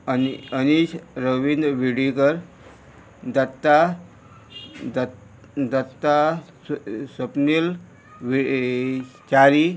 अनि अनीश रविंद्र विडिकर दत्ता दत् दत्ता सपनील वेळ चारी